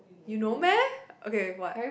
you know meh okay what